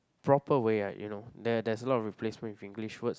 proper way like you know there there's a lot of replacement with English words